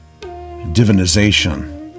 divinization